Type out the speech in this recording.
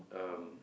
um